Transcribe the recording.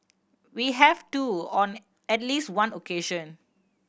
we have too on at least one occasion